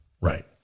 Right